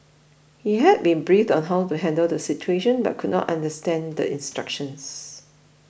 he had been briefed on how to handle the situation but could not understand the instructions